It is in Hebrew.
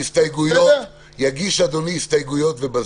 יגיש אדוני הסתייגויות ובזמן.